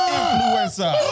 Influencer